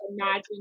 imagine